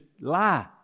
lie